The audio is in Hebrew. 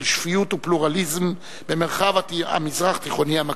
של שפיות ופלורליזם במרחב המזרח-תיכוני המקצין.